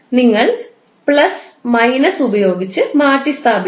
നിങ്ങൾ plus minus ഉപയോഗിച്ച് മാറ്റിസ്ഥാപിക്കണം